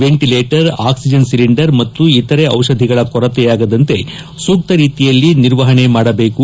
ventilator oxygen cylinder ಮತ್ತು ಇತರೆ ಔಷಧಿಗಳ ಕೊರತೆಯಾಗದಂತೆ ಸೂಕ್ತ ರೀತಿಯಲ್ಲಿ ನಿರ್ವಹಣೆ ಮಾಡಬೇಕು